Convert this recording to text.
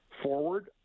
forward